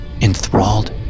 enthralled